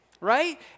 right